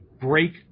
break